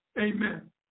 Amen